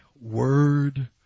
word